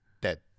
Dead